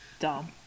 dumb